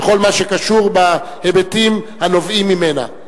בכל מה שקשור בהיבטים הנובעים ממנה.